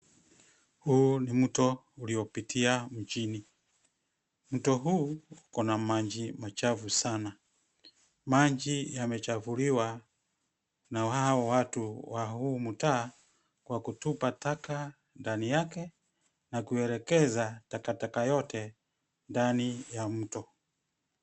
Huu ni mto uliopitia mjini. Mto huu ukona maji machafu sana. Maji yamechafuliwa na hao watu wa huu mtaa kwa kutupa taka ndani yake na kuelekeza takataka yote ndani ya mto.